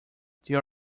they